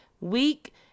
week